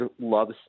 loves